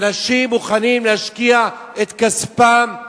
אנשים מוכנים להשקיע את כספם,